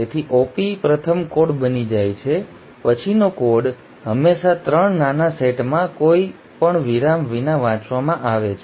તેથી ઓપી પ્રથમ કોડ બની જાય છે પછીનો કોડ હંમેશા 3 ના સેટમાં કોઈ પણ વિરામ વિના વાંચવામાં આવે છે